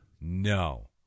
No